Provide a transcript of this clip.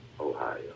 Ohio